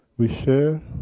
we share.